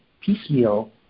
piecemeal